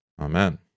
Amen